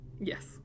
yes